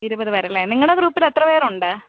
ഇരുപത് പേരല്ലേ നിങ്ങളുടെ ഗ്രൂപ്പിൽ എത്ര പേരുണ്ട്